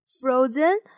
Frozen